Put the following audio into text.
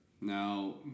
Now